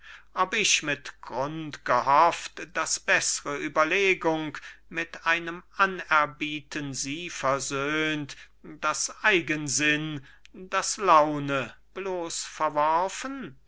ob ich mit grund gehofft daß beßre überlegung mit einem anerbieten sie versöhnt das eigensinn das laune bloß verworfen